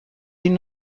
این